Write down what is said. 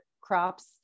crops